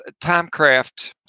timecraft